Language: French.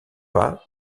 pas